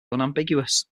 unambiguous